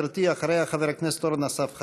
אחריה, חבר הכנסת אורן אסף חזן.